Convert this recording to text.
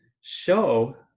show